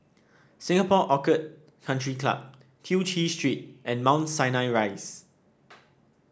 Singapore Orchid Country Club Tew Chew Street and Mount Sinai Rise